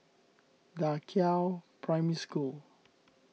Da Qiao Primary School